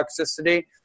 toxicity